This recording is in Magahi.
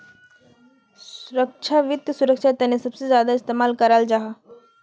सुरक्षाक वित्त सुरक्षार तने सबसे ज्यादा इस्तेमाल कराल जाहा